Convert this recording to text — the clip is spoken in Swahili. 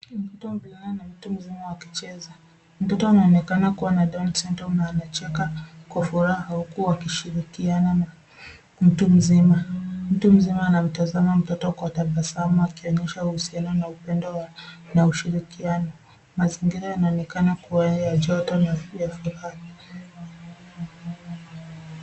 Mtoto mvulana na mtu mzima wakicheza. Mtoto anaonekana kuwa na down syndrome na anacheka kwa furaha huku wakishirikiana na mtu mzima. Mtu mzima anamtazama mtoto kwa tabasamu akionyesha uhusiano na upendo na ushirikiano. Mazingira yanaonekana kuwa ya joto na ya furaha.